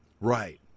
Right